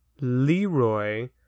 Leroy